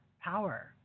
power